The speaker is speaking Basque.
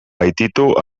baititu